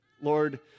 Lord